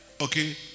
okay